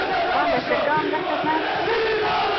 پَنٛداہ شَتھ کَم گژھیس نہ حظ کیٚنٛہہ